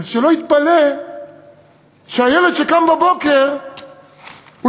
אז שלא נתפלא שהילד שקם בבוקר יכול,